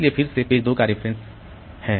इसलिए फिर से पेज 2 का रिफरेंस है